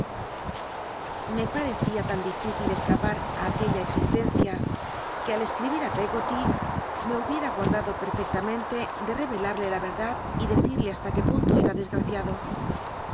me parecia tan dificil escapat á aquella existencia que al escribil ü peggoty me hubiera guardado perfectamente de revelarle la verdad y decirle hasta qué punto era